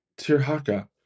Tirhaka